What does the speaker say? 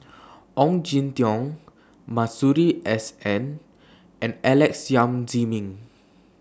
Ong Jin Teong Masuri S N and Alex Yam Ziming